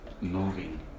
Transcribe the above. moving